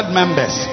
members